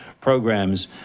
programs